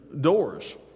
doors